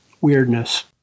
weirdness